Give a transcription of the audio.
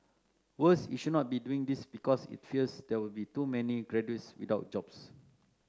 worse it should not be doing this because it fears there will be too many graduates without jobs